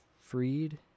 Freed